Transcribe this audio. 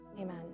Amen